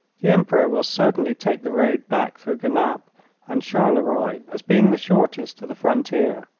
the emperor will certainly take the road back through genappe and charleroi as being the shortest to the frontier.